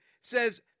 says